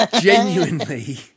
genuinely